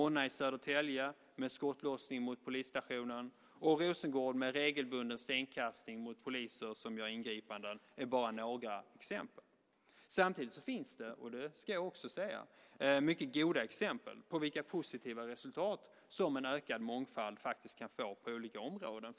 Ronna i Södertälje, med skottlossning mot polisstationen, och Rosengård, med regelbunden stenkastning mot poliser som gör ingripanden, är bara ett par exempel. Samtidigt finns det - det ska jag också säga - mycket goda exempel på vilka positiva resultat som en ökad mångfald faktiskt kan få på olika områden.